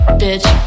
bitch